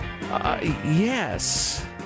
Yes